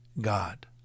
God